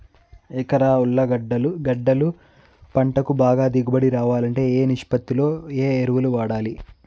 ఎకరా ఉర్లగడ్డలు గడ్డలు పంటకు బాగా దిగుబడి రావాలంటే ఏ ఏ నిష్పత్తిలో ఏ ఎరువులు వాడాలి?